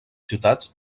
ciutats